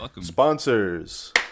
Sponsors